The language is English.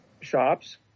shops